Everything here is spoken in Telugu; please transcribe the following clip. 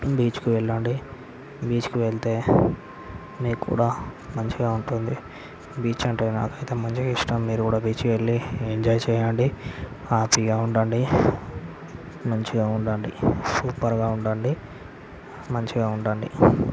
బీచ్కు వెళ్ళండి బీచ్కు వెళితే మీకు కూడా మంచిగా ఉంటుంది బీచ్ అంటే నాకు అయితే మంచిగా ఇష్టం మీరు కూడా బీచ్కు వెళ్ళి ఎంజాయ్ చేయండి హ్యాపీగా ఉండండి మంచిగా ఉండండి సూపర్గా ఉండండి మంచిగా ఉండండి